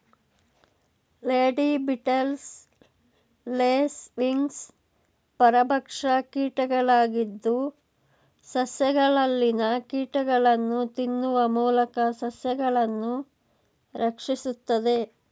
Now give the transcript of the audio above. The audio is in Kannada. ಲೇಡಿ ಬೀಟಲ್ಸ್, ಲೇಸ್ ವಿಂಗ್ಸ್ ಪರಭಕ್ಷ ಕೀಟಗಳಾಗಿದ್ದು, ಸಸ್ಯಗಳಲ್ಲಿನ ಕೀಟಗಳನ್ನು ತಿನ್ನುವ ಮೂಲಕ ಸಸ್ಯಗಳನ್ನು ರಕ್ಷಿಸುತ್ತದೆ